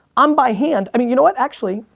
i'm by hand, i mean, you know what, actually,